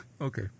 okay